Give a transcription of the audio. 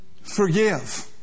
forgive